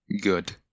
good